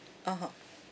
(uh huh)